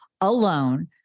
alone